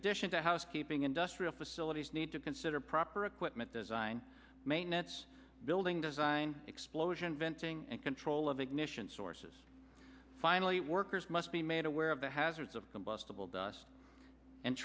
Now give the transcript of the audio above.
addition to housekeeping industrial facilities need to consider proper equipment design maintenance building design explosion venting and control of ignition sources finally workers must be made aware of the hazards of combustible dust and